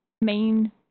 main